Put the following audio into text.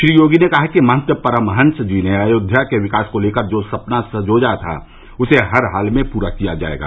श्री योगी ने कहा कि महंत परमहंस जी ने अर्योध्या के विकास को लेकर जो सपना संजोया था उसे हर हाल में पूरा किया जायेगा